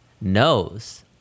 knows